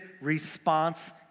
response